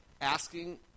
asking